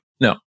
No